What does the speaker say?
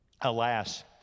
alas